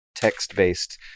text-based